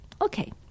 Okay